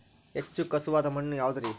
ಹೆಚ್ಚು ಖಸುವಾದ ಮಣ್ಣು ಯಾವುದು ರಿ?